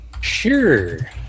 Sure